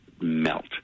melt